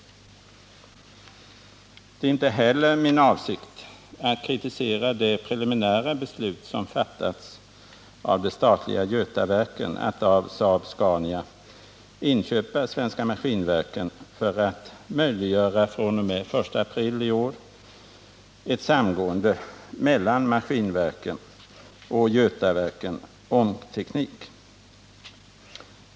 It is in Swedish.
Det är heller inte min avsikt att kritisera det preliminära beslut som fattats av det statliga bolaget Götaverken om att av Saab-Scania inköpa Svenska Maskinverken för att möjliggöra ett samgående mellan Svenska Maskinverken och Götaverken om teknik fr.o.m. den 1 april i år.